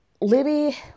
Libby